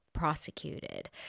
prosecuted